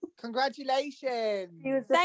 Congratulations